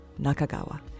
Nakagawa